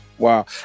Wow